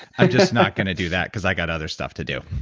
i'm just not going to do that cause i've got other stuff to do